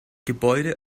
gebäude